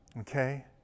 okay